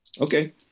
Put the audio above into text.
Okay